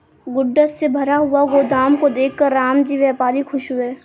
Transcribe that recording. goods से भरा हुआ गोदाम को देखकर रामजी व्यापारी खुश हुए